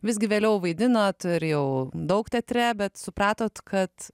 visgi vėliau vaidinot jau daug teatre bet supratot kad